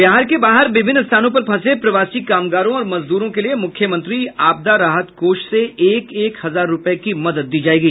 बिहार के बाहर विभिन्न स्थानों पर फंसे प्रवासी कामगारों और मजदूरों के लिये मूख्यमंत्री आपदा राहत कोष से एक एक हजार रूपये की मदद दी जायेगी